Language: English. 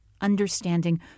understanding